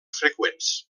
freqüents